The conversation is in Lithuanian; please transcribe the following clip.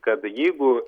kad jeigu